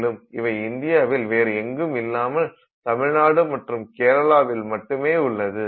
மேலும் இவை இந்தியாவில் வேறு எங்கும் இல்லாமல் தமிழ்நாடு மற்றும் கேரளாவில் மட்டுமே உள்ளது